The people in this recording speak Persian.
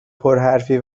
پرحرفی